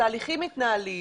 התהליכים מתנהלים,